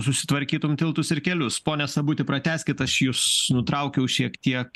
susitvarkytum tiltus ir kelius pone sabuti pratęskit aš jus nutraukiau šiek tiek